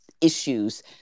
issues